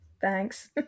Thanks